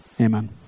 Amen